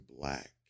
black